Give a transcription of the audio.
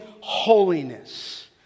holiness